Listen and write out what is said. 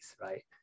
right